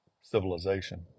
civilization